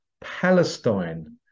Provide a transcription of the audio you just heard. Palestine